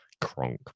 Kronk